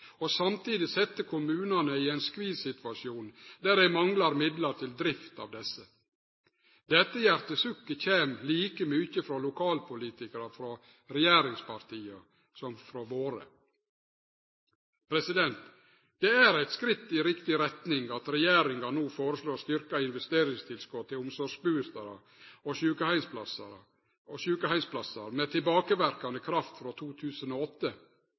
og samtidig setje kommunane i ein skvissituasjon der dei manglar midlar til drift av dei. Dette hjartesukket kjem like mykje frå lokalpolitikarar frå regjeringspartia som frå våre. Det er eit skritt i riktig retning at regjeringa no foreslår styrkt investeringstilskot til omsorgsbustader og sjukeheimsplassar, med tilbakeverkande kraft frå 2008.